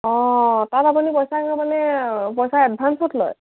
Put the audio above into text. অঁ তাত আপুনি পইচা মানে পইচা এডভান্সত লয়